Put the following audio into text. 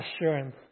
assurance